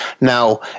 Now